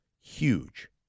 huge